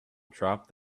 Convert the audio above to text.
dropped